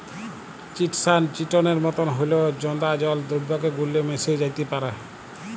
chitosan চিটনের মতন হঁল্যেও জঁদা জল দ্রাবকে গুল্যে মেশ্যে যাত্যে পারে